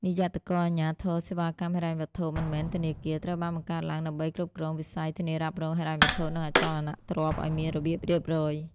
និយ័តករអាជ្ញាធរសេវាកម្មហិរញ្ញវត្ថុមិនមែនធនាគារ ត្រូវបានបង្កើតឡើងដើម្បីគ្រប់គ្រងវិស័យធានារ៉ាប់រង ហិរញ្ញវត្ថុ និងអចលនទ្រព្យឱ្យមានរបៀបរៀបរយ។